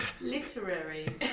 Literary